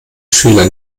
schüler